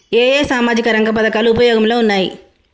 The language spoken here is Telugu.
ఏ ఏ సామాజిక రంగ పథకాలు ఉపయోగంలో ఉన్నాయి?